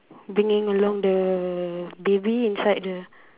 bringing along the baby inside the